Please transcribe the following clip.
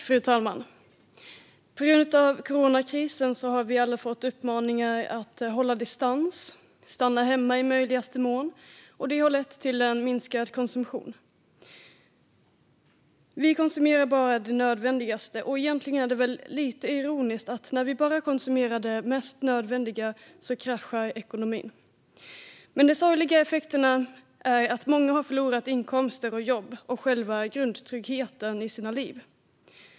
Fru talman! På grund av coronakrisen har vi alla fått uppmaningar om att hålla distans och i möjligaste mån stanna hemma. Detta har lett till en minskad konsumtion. Vi konsumerar bara det nödvändigaste. Egentligen är det lite ironiskt att ekonomin kraschar när vi bara konsumerar det mest nödvändiga. Men de sorgliga effekterna är att många har förlorat inkomster och jobb och själva grundtryggheten i livet.